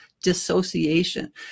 dissociation